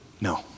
no